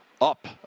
up